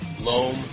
loam